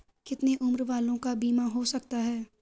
कितने उम्र वालों का बीमा हो सकता है?